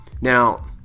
now